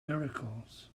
miracles